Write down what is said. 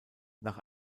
nach